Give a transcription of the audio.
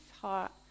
heart